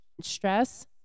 stress